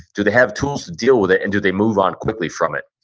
do they have tools to deal with it and do they move on quickly from it?